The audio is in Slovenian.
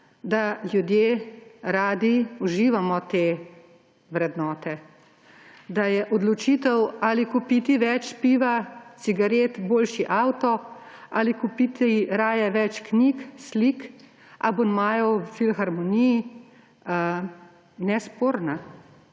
da ljudje radi uživamo te vrednote. Da je odločitev, ali kupiti več piva, cigaret, boljši avto ali kupiti raje več knjig, slik, abonmajev v filharmoniji, nesporna